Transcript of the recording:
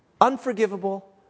unforgivable